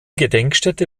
gedenkstätte